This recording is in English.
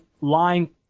lying